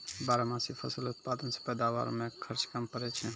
बारहमासी फसल उत्पादन से पैदावार मे खर्च कम पड़ै छै